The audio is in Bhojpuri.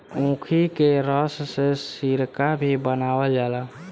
ऊखी के रस से सिरका भी बनावल जाला